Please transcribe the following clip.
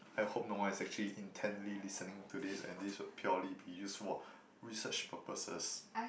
I hope no one is actually intently listening to this and this would purely be used for research purposes